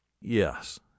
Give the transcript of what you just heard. Yes